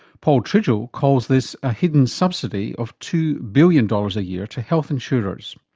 paul tridgell calls this a hidden subsidy of two billion dollars a year to health insurers.